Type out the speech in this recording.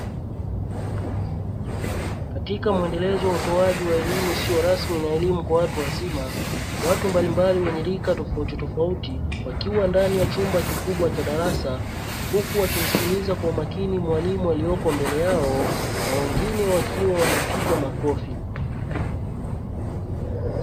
Katika muendelezo wa utoaji wa elimu isio rasmi na elimu kwa watu wazima, watu mbalimbali wenye rika tofauti tofauti wakiwa ndani ya chumba kikubwa cha darasa wakiwa wanamsikiliza kwa makini mwalimu wao na wengine wakiwa wanapiga makofi.